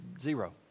zero